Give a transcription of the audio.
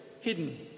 hidden